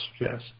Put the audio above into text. yes